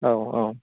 औ औ